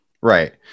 right